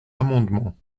amendement